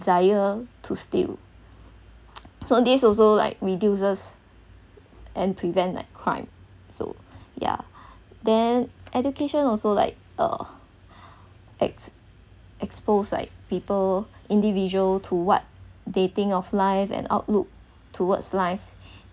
desire to steal so this also like reduces and prevent like crime so ya then education also like uh ex~ expose like people individual to what they think of life and outlook towards life